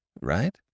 Right